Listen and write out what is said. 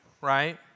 right